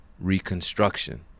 reconstruction